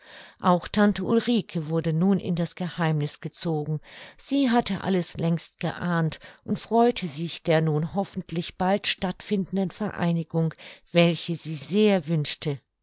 auch tante ulrike wurde nun in das geheimniß gezogen sie hatte alles längst geahnt und freute sich der nun hoffentlich bald stattfindenden vereinigung welche sie sehr wünschte